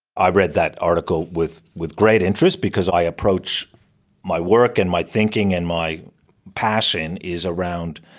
i read that article with with great interest, because i approach my work and my thinking and my passion is around